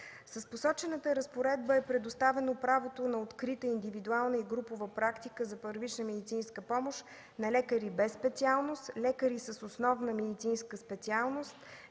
С посочената разпоредба е предоставено правото на открита индивидуална и групова практика за първична медицинска помощ на лекари без специалност, лекари с основна медицинска специалност,